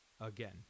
Again